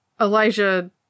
elijah